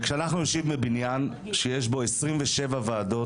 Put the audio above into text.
וכשאנחנו יושבים בבניין שיש בו 27 ועדות,